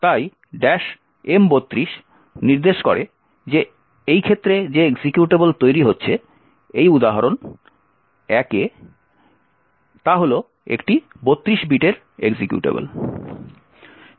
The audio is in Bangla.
তাই M32 নির্দেশ করে যে এই ক্ষেত্রে যে এক্সিকিউটেবল তৈরি হচ্ছে এই উদাহরণ1 এ তা হল একটি 32 বিট এক্সিকিউটেবল